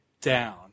down